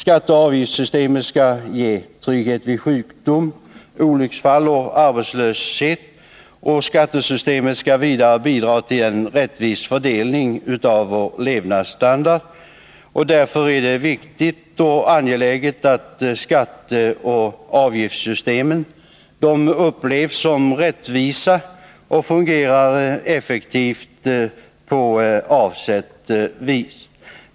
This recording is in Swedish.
Skatteoch avgiftssystemen skall ge trygghet vid sjukdom, olycksfall och arbetslöshet, och de skall vidare bidra till en rättvis fördelning av vår levnadsstandard. Därför är det viktigt och angeläget att skatteoch avgiftssystemen upplevs som rättvisa och fungerar effektivt på avsett vis.